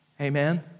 Amen